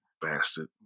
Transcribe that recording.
bastard